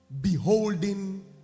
Beholding